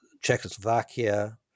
Czechoslovakia